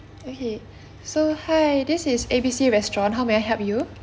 okay so hi this is A B C restaurant how may I help you